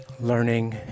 Learning